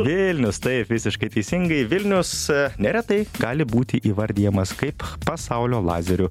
vilnius taip visiškai teisingai vilnius neretai gali būti įvardijamas kaip pasaulio lazerių